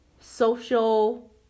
social